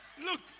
Look